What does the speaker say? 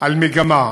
על מגמה.